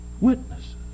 Witnesses